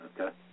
okay